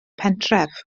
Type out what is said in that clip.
pentref